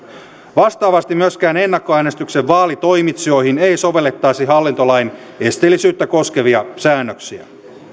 vastaavasti myöskään ennakkoäänestyksen vaalitoimitsijoihin ei sovellettaisi hallintolain esteellisyyttä koskevia säännöksiä